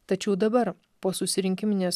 tačiau dabar posusirinkiminės